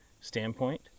standpoint